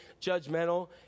judgmental